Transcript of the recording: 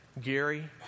Gary